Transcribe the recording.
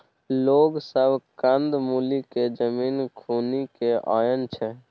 लोग सब कंद मूल केँ जमीन खुनि केँ आनय छै